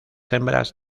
hembras